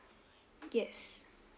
yes